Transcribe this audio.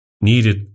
needed